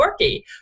dorky